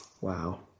Wow